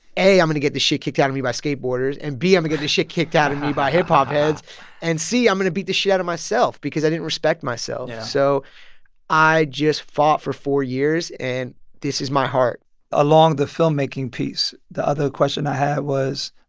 a, i'm going to get the shit kicked out of me by skateboarders and, b, i'm going to get the shit kicked out of me by hip-hop heads and, c, i'm going to beat the shit out of myself because i didn't respect myself. so i just fought for four years, and this is my heart along the filmmaking piece, the other question i had was,